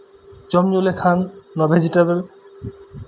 ᱡᱚᱢ ᱧᱩ ᱞᱮᱠᱷᱟᱱ ᱱᱚᱶᱟ ᱵᱷᱮᱡᱤᱴᱮᱵᱮᱞ